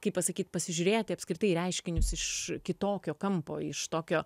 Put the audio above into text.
kaip pasakyt pasižiūrėt į apskritai reiškinius iš kitokio kampo iš tokio